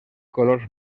colors